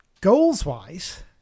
Goals-wise